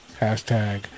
hashtag